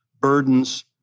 burdens